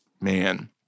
man